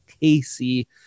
Casey